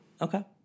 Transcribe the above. Okay